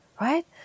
right